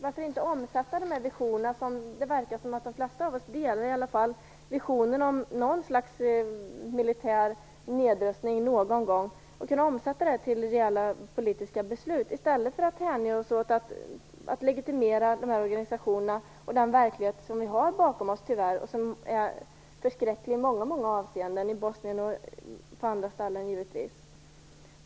Varför inte omsätta de visioner som de flesta av oss verkar dela, i alla fall visionen om något slags militär nedrustning någon gång, i reella politiska beslut, i stället för att hänge oss åt att legitimera de här organisationerna och den verklighet som vi tyvärr har bakom oss, som i många avseenden är förskräcklig, i Bosnien och på andra ställen?